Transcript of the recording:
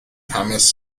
thomas